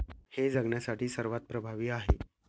हे जगण्यासाठी सर्वात प्रभावी आहे